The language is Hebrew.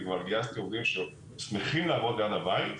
וכבר גייסתי עובדים ששמחים לעבוד ליד הבית.